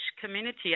community